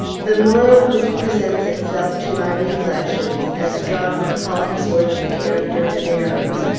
the moral which presents itself to my reflections, as drawn from hollingsworth's character and errors,